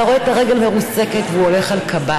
אתה רואה את הרגל מרוסקת, והוא הולך על קביים.